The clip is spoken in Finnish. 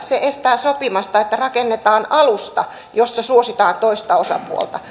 se estää sopimasta että rakennetaan alusta jossa suositaan toista osapuolta